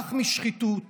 שברח משחיתות